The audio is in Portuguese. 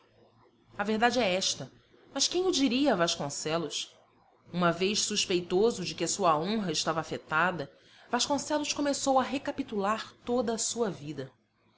a verdade é esta mas quem o diria a vasconcelos uma vez suspeitoso de que a sua honra estava afetada vasconcelos começou a recapitular toda a sua vida